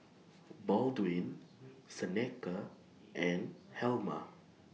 Baldwin Seneca and Helma